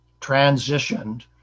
transitioned